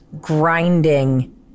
grinding